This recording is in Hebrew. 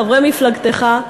חברי מפלגתך,